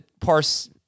parse